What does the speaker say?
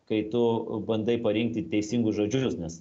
kai tu bandai parinkti teisingus žodžius nes